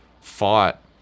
fought